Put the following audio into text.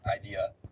idea